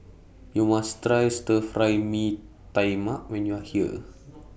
YOU must Try Stir Fry Mee Tai Mak when YOU Are here